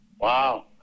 Wow